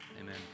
Amen